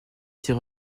ses